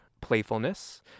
playfulness